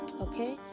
Okay